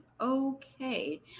okay